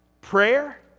Prayer